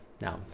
Now